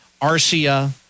Arcia